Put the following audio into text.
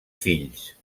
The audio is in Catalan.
fills